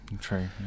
true